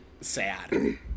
sad